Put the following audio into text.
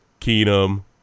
Keenum